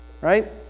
right